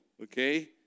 Okay